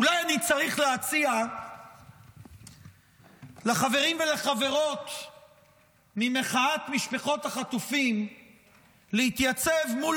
אולי אני צריך להציע לחברים ולחברות ממחאת משפחות החטופים להתייצב מול